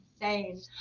insane